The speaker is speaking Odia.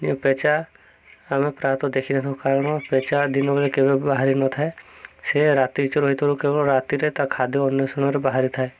ପେଚା ଆମେ ପ୍ରାୟତଃ ଦେଖିନଥାଉ କାରଣ ପେଚା ଦିନବେଳେ କେବେ ବାହାରି ନଥାଏ ସେ ରାତ୍ରୀଚର କେବଳ ରାତିରେ ତା' ଖାଦ୍ୟ ଅନ୍ୟ ସମୟରେ ବାହାରିଥାଏ